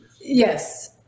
Yes